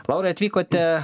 laurai atvykote